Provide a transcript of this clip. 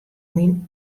myn